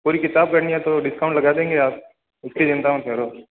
पूरी किताब करनी है तो डिस्काउंट लगा देंगे आप उसकी चिंता मत करो